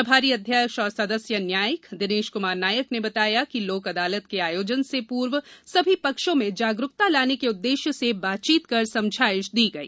प्रभारी अध्यक्ष तथा सदस्य न्यायिक दिनेश कुमार नायक ने बताया कि लोक अदालत के आयोजन से पूर्व सभी पक्षों में जागरूकता लार्ने के उद्देश्य से बातचीत कर समझाइश दी गई